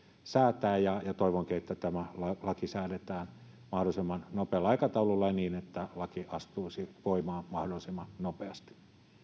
säätää ja ja toivonkin että tämä laki säädetään mahdollisimman nopealla aikataululla ja niin että laki astuisi voimaan mahdollisimman nopeasti